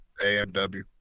AMW